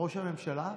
ראש הממשלה,